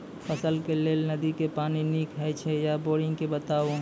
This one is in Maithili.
फसलक लेल नदी के पानि नीक हे छै या बोरिंग के बताऊ?